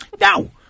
Now